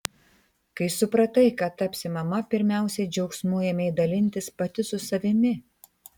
kai supratai kad tapsi mama pirmiausia džiaugsmu ėmei dalintis pati su savimi